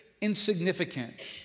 insignificant